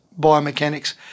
biomechanics